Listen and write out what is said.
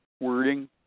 wording